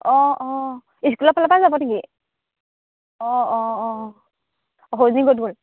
অঁ অঁ স্কুলৰ ফালৰ পৰা যাব নেকি অঁ অঁ অঁ